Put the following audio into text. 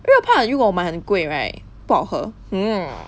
因为我怕如果我买很贵 right 不好喝 hmm